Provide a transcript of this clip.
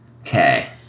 Okay